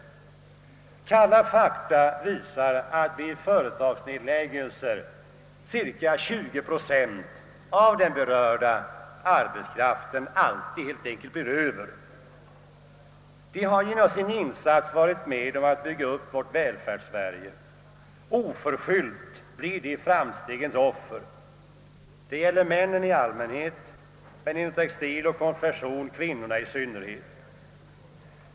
Kalla fakta visar, att vid företagsnedläggelser cirka 20 procent av den berörda arbetskraften helt enkelt blir över. De har genom sin insats varit med om att bygga upp Välfärdssverige. Oförskyllt blir de framstegens offer. Det gäller i allmänhet männen, men inom textiloch konfektionsindustrien kvinnorna i synnerhet.